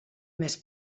més